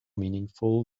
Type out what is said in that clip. meaningful